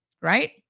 right